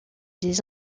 des